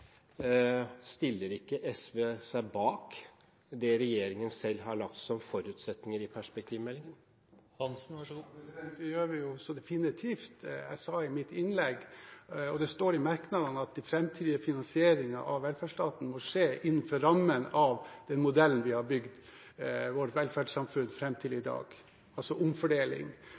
Stiller ikke SV seg bak det regjeringen selv har lagt som forutsetninger i perspektivmeldingen? Det gjør vi så definitivt. Jeg sa i mitt innlegg, og det står i merknadene, at den framtidige finansieringen av velferdsstaten må skje innenfor rammene av den modellen vi har bygd vårt velferdssamfunn på fram til i dag – altså omfordeling.